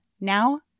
Now